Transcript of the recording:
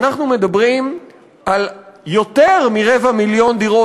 אנחנו מדברים על יותר מרבע מיליון דירות,